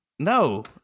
No